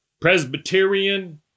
Presbyterian